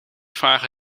vragen